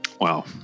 Wow